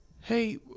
hey